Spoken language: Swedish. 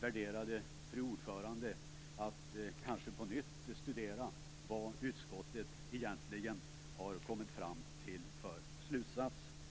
värderade fru ordföranden att kanske på nytt studera vad utskottet egentligen har kommit fram till för slutsats.